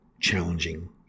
challenging